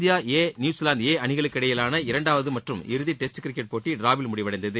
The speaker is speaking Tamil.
இந்தியா ஏ நியூசிவாந்து ஏ அணிகளுக்கு இடையிலான இரண்டாவது மற்றும் இறுதி டெஸ்ட் கிரிக்கெட் போட்டி டிராவில் முடிவடைந்தது